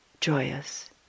joyous